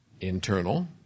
internal